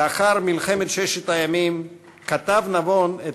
לאחר מלחמת ששת הימים כתב נבון את